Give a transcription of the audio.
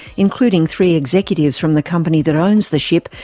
including three executives from the company that owns the ship,